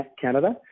Canada